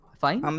fine